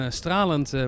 stralend